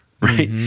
right